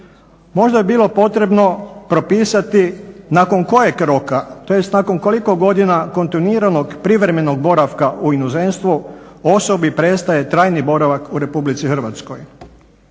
Možda je bilo potrebno propisati nakon kojeg roka tj. nakon koliko godina kontinuiranog privremenog boravka u inozemstvu osobi prestaje trajni boravak u Republici Hrvatskoj.